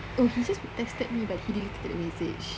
oh he just texted me but he deleted the message